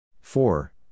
Four